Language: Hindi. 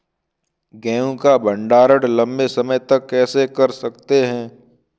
गेहूँ का भण्डारण लंबे समय तक कैसे कर सकते हैं?